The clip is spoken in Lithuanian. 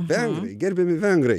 vengrai gerbiami vengrai